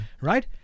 right